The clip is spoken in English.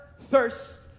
thirst